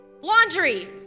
Laundry